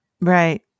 Right